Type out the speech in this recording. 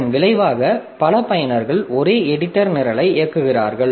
இதன் விளைவாக பல பயனர்கள் ஒரே எடிட்டர் நிரலை இயக்குகிறார்கள்